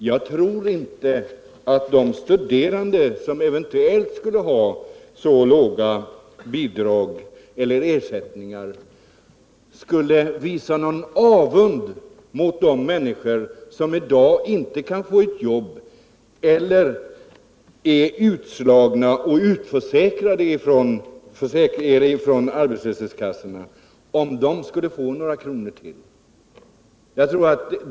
Jag tror inte att de studerande som eventuellt skulle ha så låg ersättning skulle visa någon avund mot de människor som i dag inte kan få något jobb eller är utslagna och utförsäkrade från arbetslöskassorna, om de skulle få några kronor till.